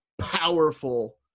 powerful